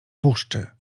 puszczy